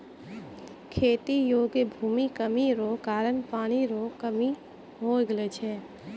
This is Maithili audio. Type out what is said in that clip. खेती योग्य भूमि कमी रो कारण पानी रो कमी हो गेलौ छै